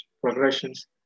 progressions